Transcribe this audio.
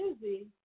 busy